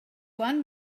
one